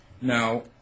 Now